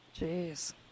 Jeez